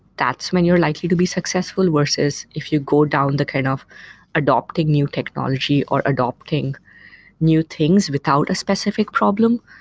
that's when you're likely to be successful, versus if you go down the kind of adapting new technology or adapting new things without a specific problem,